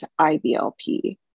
IBLP